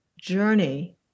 journey